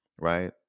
right